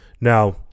Now